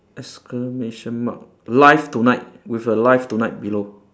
exclamation mark live tonight with a live tonight below